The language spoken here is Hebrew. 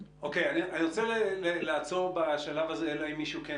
לפי מה שאני